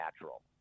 natural